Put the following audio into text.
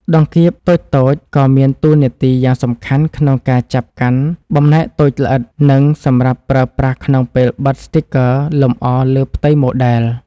ដង្កៀបតូចៗក៏មានតួនាទីយ៉ាងសំខាន់ក្នុងការចាប់កាន់បំណែកតូចល្អិត និងសម្រាប់ប្រើប្រាស់ក្នុងពេលបិទស្ទីគ័រលម្អលើផ្ទៃម៉ូដែល។